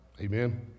Amen